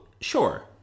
Sure